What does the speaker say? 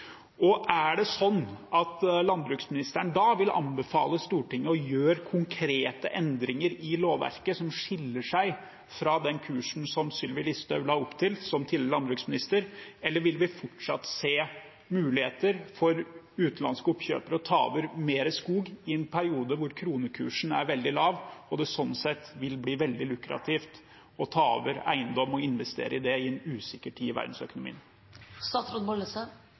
landbruksministeren da anbefale Stortinget å gjøre konkrete endringer i lovverket, som skiller seg fra den kursen Sylvi Listhaug som tidligere landbruksminister la opp til? Eller vil vi fortsatt se muligheter for utenlandske oppkjøpere til å ta over mer skog i en periode hvor kronekursen er veldig lav, og at det sånn sett vil bli veldig lukrativt å ta over eiendom og investere i det i en usikker tid i